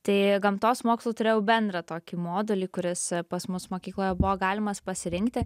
tai gamtos mokslų turėjau bendrą tokį modulį kuris pas mus mokykloje buvo galimas pasirinkti